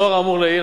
לאור האמור לעיל,